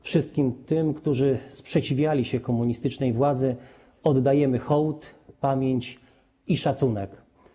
Wszystkim tym, którzy sprzeciwiali się komunistycznej władzy, oddajemy hołd, pamięć i szacunek.